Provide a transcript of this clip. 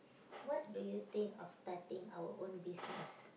what do you think of starting our own business